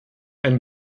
einen